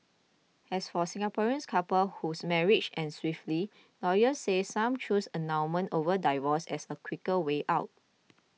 as for Singaporeans couples whose marriages end swiftly lawyers said some choose annulment over divorce as a quicker way out